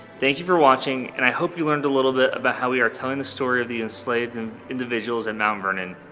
thank you for watching, and i hope you learned a little bit about how we are telling the story of the enslaved and individuals at and mount vernon,